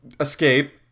escape